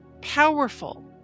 Powerful